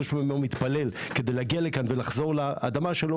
מי שבאמת שלוש פעמים ביום מתפלל כדי להגיע לכאן ולחזור לאדמה שלו,